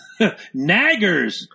Naggers